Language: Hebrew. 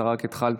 אתה רק התחלת.